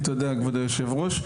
תודה כבוד היו"ר.